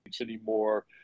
anymore